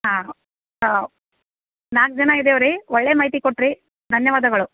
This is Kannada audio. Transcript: ಹಾಂ ಹಾಂ ನಾಲ್ಕು ಜನ ಇದೇವೆ ರೀ ಒಳ್ಳೆಯ ಮಾಹಿತಿ ಕೊಟ್ಟಿರಿ ಧನ್ಯವಾದಗಳು